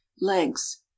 Legs